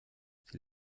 sie